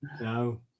No